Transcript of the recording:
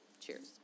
Cheers